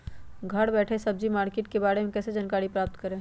घर बैठे सब्जी मार्केट के बारे में कैसे जानकारी प्राप्त करें?